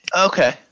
Okay